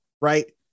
right